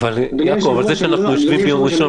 אין לזה שום הצדקה.